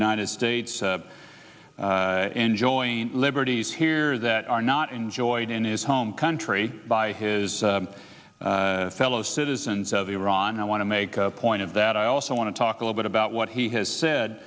united states enjoying liberties here that are not enjoyed in his home country by his fellow citizens of iran i want to make a point of that i also want to talk a little bit about what he has